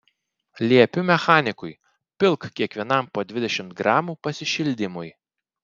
liepiu mechanikui pilk kiekvienam po dvidešimt gramų pasišildymui